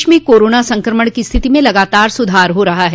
प्रदेश में कोरोना संक्रमण की स्थिति में लगातार सुधार हो रहा है